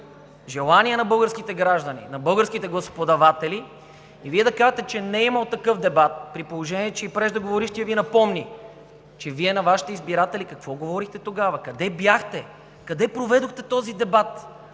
желания на българските граждани, на българските гласоподаватели, а Вие да казвате, че не е имало такъв дебат, при положение че и преждеговорившият Ви напомни на Вашите избиратели какво говорихте тогава, къде бяхте, къде проведохте този дебат,